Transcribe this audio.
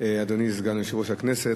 אדוני סגן יושב-ראש הכנסת,